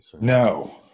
No